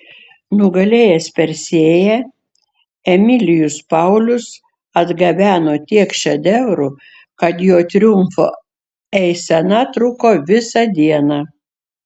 nugalėjęs persėją emilijus paulius atgabeno tiek šedevrų kad jo triumfo eisena truko visą dieną